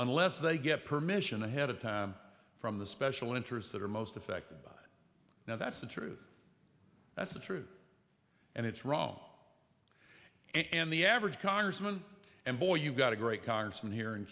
unless they get permission ahead of time from the special interests that are most affected now that's the truth that's a true and it's wrong in the average congressman and boy you've got a great congressman here